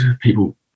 people